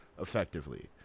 effectively